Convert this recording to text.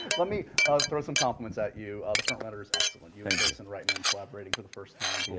let me throw some compliments at you. ah the front runner is excellent. thank you. you and jason reitman collaborating for the first time, yeah